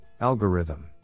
algorithm